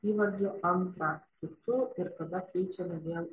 įvardžio antrą kitu ir tada keičiame vėl